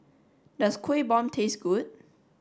does Kueh Bom taste good